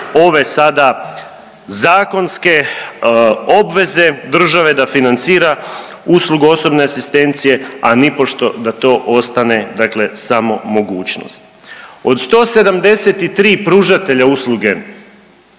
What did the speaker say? ove sada zakonske obveze države da financira uslugu osobne asistencije, a nipošto da to ostane dakle samo mogućnost. Od 173 pružatelja usluge